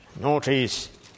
Notice